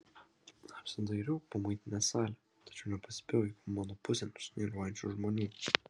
apsidairiau po muitinės salę tačiau nepastebėjau jokių mano pusėn šnairuojančių žmonių